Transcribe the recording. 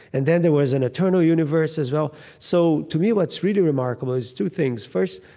and then there was an eternal universe as well so to me what's really remarkable is two things. first,